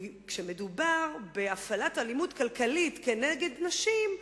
כשמדובר בהפעלת אלימות כלכלית כנגד נשים,